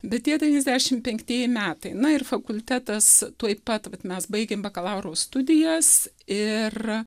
bet tie devyniasdešim penktieji metai na ir fakultetas tuoj pat vat mes baigėm bakalauro studijas ir